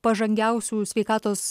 pažangiausių sveikatos